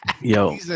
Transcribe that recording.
Yo